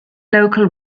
local